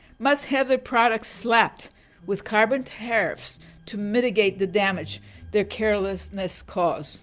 must have their products slapped with carbon tariffs to mitigate the damage their carelessness cause